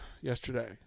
yesterday